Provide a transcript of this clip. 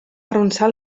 arronsar